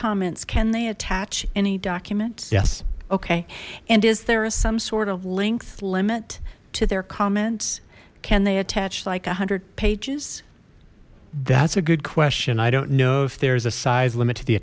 comments can they attach any document yes okay and is there some sort of length limit to their comments can they attach like a hundred pages that's a good question i don't know if there is a size limit to the